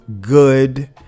good